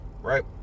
right